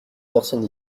personne